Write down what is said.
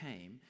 came